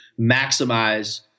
maximize